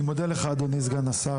אני מודה לך, אדוני סגן השר.